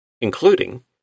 including